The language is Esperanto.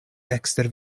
ekster